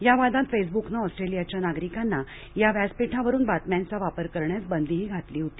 या वादात फेसबुकनं ऑस्ट्रेलियाच्या नागरिकांना या व्यासपीठावरून बातम्यांचा वापर करण्यास बंदीही घातली होती